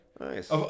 Nice